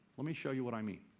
let me show you what i mean.